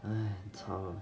!hais! 很吵